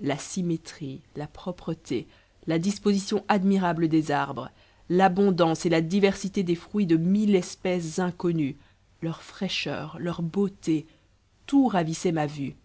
la symétrie la propreté la disposition admirable des arbres l'abondance et la diversité des fruits de mille espèces inconnues leur fraîcheur leur beauté tout ravissait ma vue